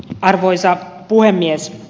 arvoisa puhemies